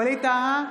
ווליד טאהא,